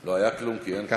לא היה כלום כי אין כלום.